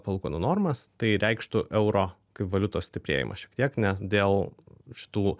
palūkanų normas tai reikštų euro kaip valiutos stiprėjimą šiek tiek nes dėl šitų